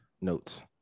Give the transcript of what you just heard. notes